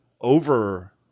over-